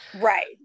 Right